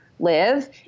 live